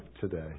today